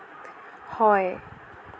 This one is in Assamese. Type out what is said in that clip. হয়